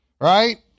right